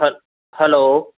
હલ હલો